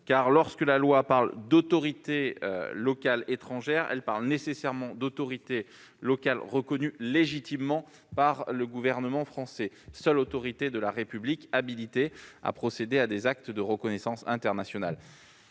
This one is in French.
car, lorsque la loi parle d'« autorités locales étrangères », elle désigne nécessairement des autorités locales reconnues légitimes par le gouvernement français, seule autorité de la République habilitée à procéder à des actes de reconnaissance internationale.